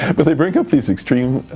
but they bring up these extreme